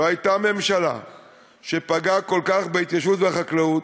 לא הייתה ממשלה שפגעה כל כך בהתיישבות והחקלאות,